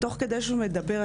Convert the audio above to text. תוך כדי שהוא מדבר,